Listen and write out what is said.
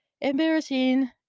Embarrassing